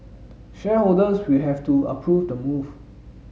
shareholders will have to approve the move